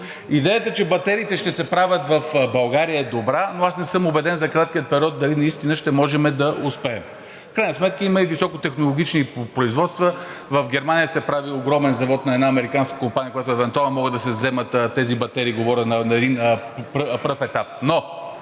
Идеята, че батериите ще се правят в България е добра, но аз не съм убеден, че дали за краткия период наистина ще можем да успеем. В крайна сметка има и високотехнологични производства. В Германия се прави огромен завод на една американска компания, от която могат евентуално да се вземат тези батерии, говоря на един пръв етап.